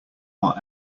are